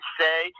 say